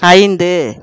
ஐந்து